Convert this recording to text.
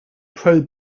pro